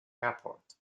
airport